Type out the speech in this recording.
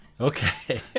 Okay